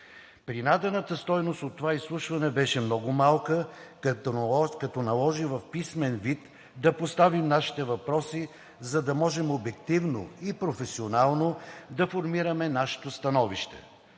Принадената стойност от това изслушване беше много малка, като наложи в писмен вид да поставим нашите въпроси, за да можем обективно и професионално да формираме нашето становище.